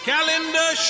Calendar